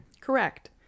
Correct